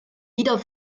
wieder